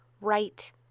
right